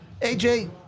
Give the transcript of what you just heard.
AJ